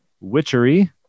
Witchery